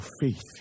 faith